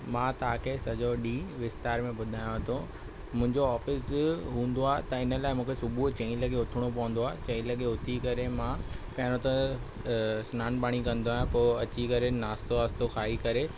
मां तव्हां खे सॼो ॾींहुं विस्तार में ॿुधायांव थो मुंहिंजो ऑफिस हूंदो आहे त हिन लाइ मूंखे चईं लॻे उथणो पवंदो आहे चईं लॻे उथी करे मां पहिरों त सिनानु पाणी कंदो आहियां पोइ अची करे नाश्तो वाश्तो खाई करे